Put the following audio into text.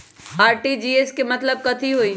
RTGS के मतलब कथी होइ?